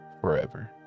forever